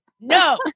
no